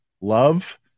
love